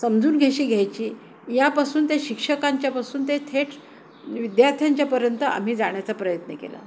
समजून कशी घ्यायची यापासून त्या शिक्षकांच्यापासून ते थेट विद्यार्थ्यांच्यापर्यंत आम्ही जाण्याचा प्रयत्न केला